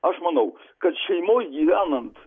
aš manau kad šeimoj gyvenant